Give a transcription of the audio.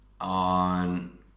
on